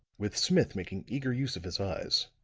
with smith making eager use of his eyes,